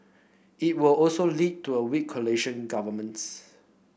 it would also lead to a weak coalition governments